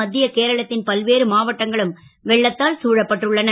மத் ய கேரளத் ன் பல்வேறு மாவட்டங்களும் வெள்ளத்தால் தழபட்டு உள்ளன